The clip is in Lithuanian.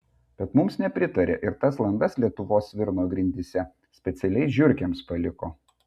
bet mums nepritarė ir tas landas lietuvos svirno grindyse specialiai žiurkėms paliko